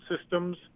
systems